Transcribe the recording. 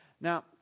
Now